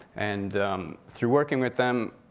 and through working with them,